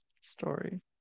story